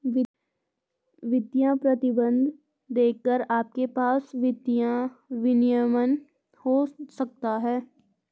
वित्तीय प्रतिबंध देखकर आपके पास वित्तीय विनियमन हो सकता है